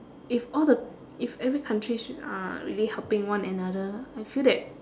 if all the if every country sh~ uh really helping one another I feel that